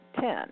ten